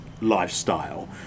lifestyle